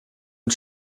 mit